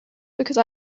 because